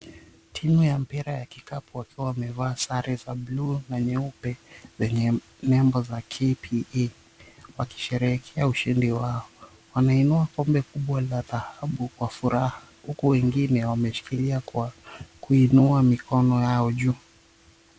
Timu ya mpira ya kikapu wakiwa wamevaa sare za bluu na nyeupe zenye nembo za KPA wakisherekea ushindi wao, wameinua kombe kubwa la dhahabu kwa furaha huku wengine wameshikilia kwa kuinua mikono yao juu.